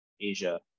Asia